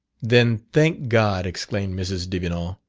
then, thank god! exclaimed mrs. devenant.